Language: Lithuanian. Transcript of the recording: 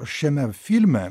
šiame filme